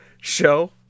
show